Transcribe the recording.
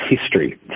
history